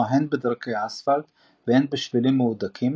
הן בדרכי אספלט והן בשבילים מהודקים,